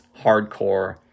hardcore